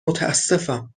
متاسفم